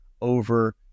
over